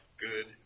Good